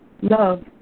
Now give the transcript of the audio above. Love